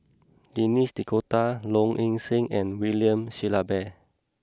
Denis D'Cotta Low Ing Sing and William Shellabear